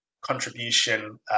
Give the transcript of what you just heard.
contribution